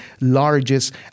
largest